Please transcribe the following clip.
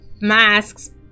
masks